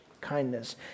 kindness